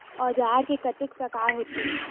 औजार के कतेक प्रकार होथे?